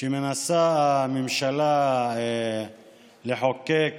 שמנסה הממשלה לחוקק